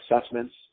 assessments